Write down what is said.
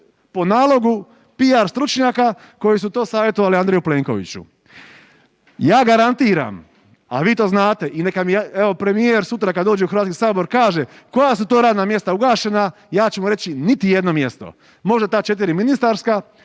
po nalogu PR stručnjaka koji su to savjetovali Andreju Plenkoviću. Ja garantiram, a vi to znate i neka mi, evo premijer sutra kad dođe u Hrvatski sabor kaže koja su to radna mjesta ugašena, ja ću mu reći niti jedno mjesto. Možda ta 4 ministarska,